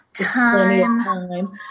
Time